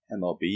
MLB